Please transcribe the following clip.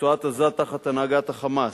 רצועת-עזה תחת הנהגת ה"חמאס"